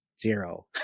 Zero